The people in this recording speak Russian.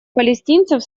палестинцев